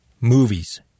movies